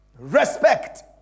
Respect